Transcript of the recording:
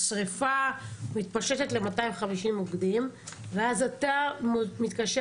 השריפה מתפשטת ל-250 מוקדים ואז אתה מתקשר